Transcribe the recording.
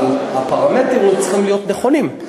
אבל הפרמטרים צריכים להיות נכונים,